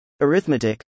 Arithmetic